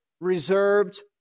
reserved